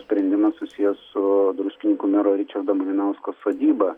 sprendimas susijęs su druskininkų mero ričardo malinausko sodyba